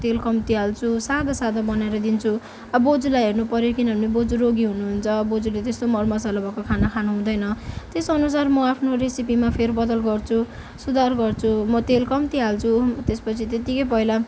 तेल कम्ती हाल्छु सादा सादा बनाएर दिन्छु अब बोज्यूलाई हेर्नु पऱ्यो किनभने बोज्यू रोगी हुनुहुन्छ बोज्यूले त्यस्तो मर मसाला भएको खाना खानुहुदैँन त्यस अनुसार म आफ्नो रोसिपीमा फेरबदल गर्छु सुधार गर्छु म तेल कम्ती हाल्छु त्यसपछि त्यतिकै पहिला